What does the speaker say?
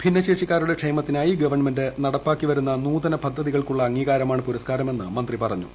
ഭിന്നശേഷിക്കാരുടെ ക്ഷേമത്തിനായി ക്വ്ൺമെന്റ് നടപ്പിലാക്കി വരുന്ന നൂതന പദ്ധതികൾക്കുള്ള അംഗ്രീകാരമാണ് പുരസ്കാരമെന്ന് മന്ത്രി പറഞ്ഞു